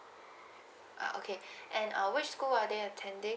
ah okay and uh which school are they attending